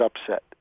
upset